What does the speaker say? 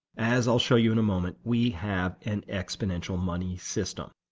as i'll show you in a moment, we have an exponential money system.